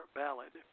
ballad